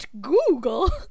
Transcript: google